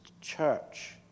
Church